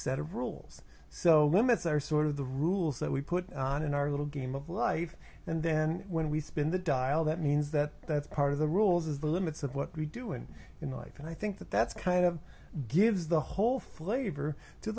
set of rules so limits are sort of the rules that we put on in our little game of life and then when we spin the dial that means that that's part of the rules is the limits of what we're doing in life and i think that that's kind of gives the whole flavor to